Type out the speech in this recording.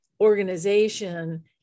organization